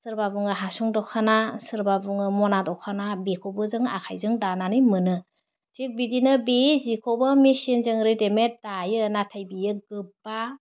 सोरबा बुङो हासुं दख'ना सोरबा बुङो मना दख'ना बेखौबो जों आखाइजों दानानै मोनो थिग बिदिनो बे जिखौबो मेसिनजों रेदिमेट दायो नाथाइ बियो गोबा